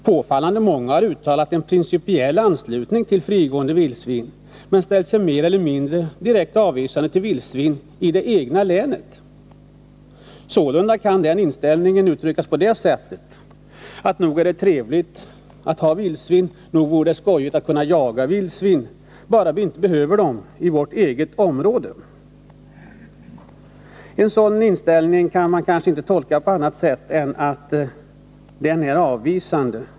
Påfallande många har uttalat en principiell anslutning till tanken att det bör finnas frigående vildsvin men ställt sig mer eller mindre direkt avvisande till vildsvin i det egna länet. Sålunda kan deras inställning uttryckas på det här sättet: Nog är det trevligt att ha vildsvin och nog vore det skojigt att kunna jaga vildsvin, bara vi inte behöver ha dem i vårt eget område. En sådan inställning kan kanske inte tolkas på annat sätt än att den är avvisande.